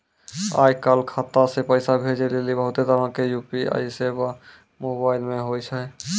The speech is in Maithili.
आय काल खाता से पैसा भेजै लेली बहुते तरहो के यू.पी.आई सेबा मोबाइल मे होय छै